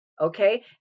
Okay